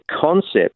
concept